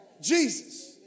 Jesus